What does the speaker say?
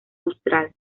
austral